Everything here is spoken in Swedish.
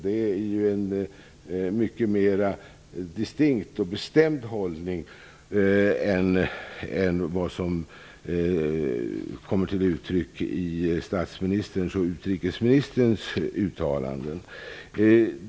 Det är en mycket mer distinkt och bestämd hållning än den som kommer till uttryck i statsministerns och utrikesministerns uttalanden.